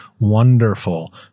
wonderful